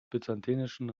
byzantinischen